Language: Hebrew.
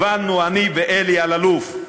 הבנו, אני ואלי אלאלוף,